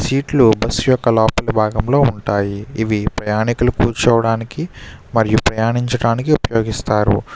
సీట్లు బస్సు యొక్క లోపలి భాగంలో ఉంటాయి ఇవి ప్రయాణికులు కూర్చోవడానికి మరియు ప్రయాణించడానికి ఉపయోగిస్తారు